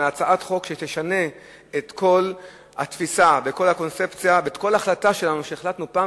הצעת חוק שתשנה את כל התפיסה וכל הקונספציה וכל החלטה שלנו שהחלטנו פעם.